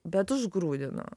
bet užgrūdino